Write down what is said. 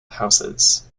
houses